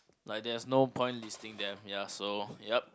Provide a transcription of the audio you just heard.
like there's not point listing them ya so ya